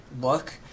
look